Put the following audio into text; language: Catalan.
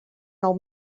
nou